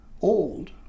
old